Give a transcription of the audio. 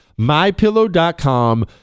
mypillow.com